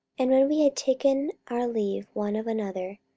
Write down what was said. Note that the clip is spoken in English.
and when we had taken our leave one of another,